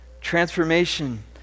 transformation